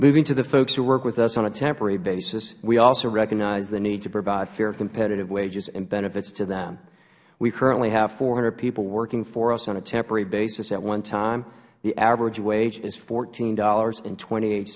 moving to the folks who work with us on a temporary basis we also recognize the need to provide fair competitive wages and benefits to them we currently have four hundred people working for us on a temporary basis at one time the average wage is fourteen dollars twenty eight